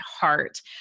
heart